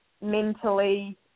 mentally